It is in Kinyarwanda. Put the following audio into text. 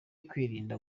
kwirinda